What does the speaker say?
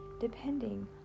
depending